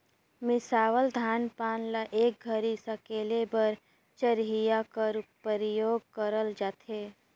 मिसावल धान पान ल एक घरी सकेले बर चरहिया कर परियोग करल जाथे